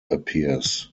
appears